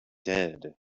dead